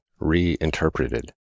reinterpreted